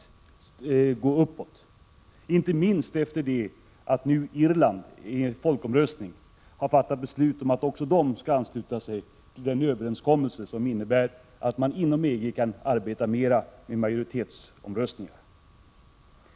Det gäller inte minst efter det att Irland i en folkomröstning nu har fattat beslut om anslutning till den överenskommelse som innebär att man inom EG kan arbeta mera med majoritetsomröstningar.